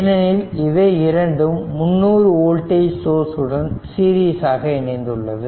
ஏனெனில் இவை இரண்டும் 300 வோல்டேஜ் சோர்ஸ் உடன் சீரிசாக இணைந்துள்ளது